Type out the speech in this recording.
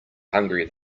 hungry